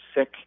sick